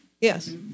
yes